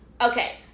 Okay